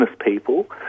people